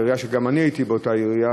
וגם אני הייתי באותה עירייה,